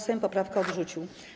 Sejm poprawkę odrzucił.